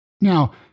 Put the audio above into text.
Now